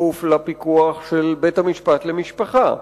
בכפוף לפיקוח של בית-המשפט למשפחה.